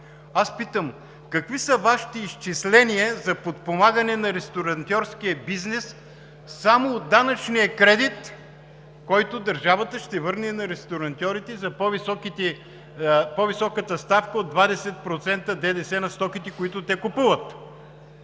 Аз питам: какви са Вашите изчисления за подпомагане на ресторантьорския бизнес само от данъчния кредит, който държавата ще върне на ресторантьорите за по-високата ставка от 20% ДДС на стоките, които те купуват?